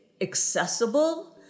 accessible